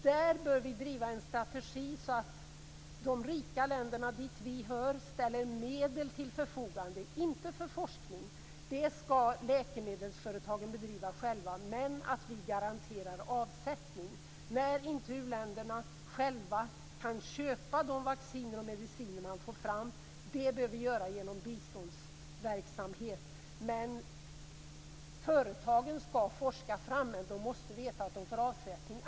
Där bör vi driva en strategi så att de rika länderna, dit vi hör, ställer medel till förfogande. Det ska inte vara medel för forskning. Det ska läkemedelsföretagen bedriva själva. Men vi ska garantera avsättning när inte u-länderna själva kan köpa de vacciner och mediciner som man får fram. Det bör vi göra genom biståndsverksamhet. Företagen som ska forska fram medlen måste veta att de får avsättning.